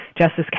Justice